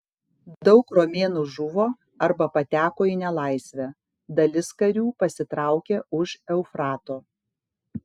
daug romėnų žuvo arba pateko į nelaisvę dalis karių pasitraukė už eufrato